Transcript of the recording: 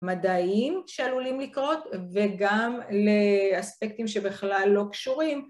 מדעיים שעלולים לקרות וגם לאספקטים שבכלל לא קשורים.